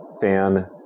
fan